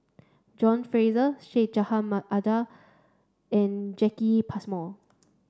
John Fraser Syed Jaafar Albar and Jacki Passmore